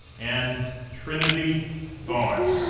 and trinity vaughan.